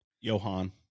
Johan